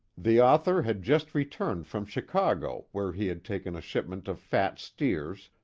the author had just returned from chicago where he had taken a shipment of fat steers,